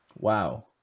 Wow